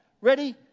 Ready